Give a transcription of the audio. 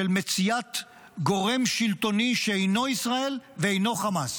של מציאת גורם שלטוני שאינו ישראל ואינו חמאס,